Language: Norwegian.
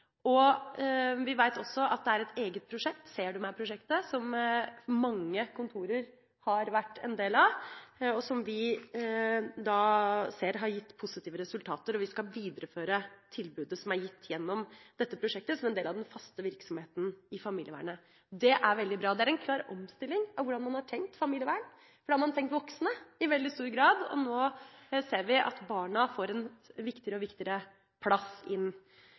Vi vet også at det er et eget prosjekt, Ser du meg?-prosjektet, som mange kontorer har vært en del av, og som vi ser har gitt positive resultater. Vi skal videreføre tilbudet som er gitt gjennom dette prosjektet, som en del av den faste virksomheten i familievernet. Det er veldig bra. Det er en klar omstilling når det gjelder hvordan man har tenkt familievern, for man har tenkt voksne i veldig stor grad. Nå ser vi at barna får en viktigere og viktigere plass.